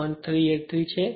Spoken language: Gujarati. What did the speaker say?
383 છે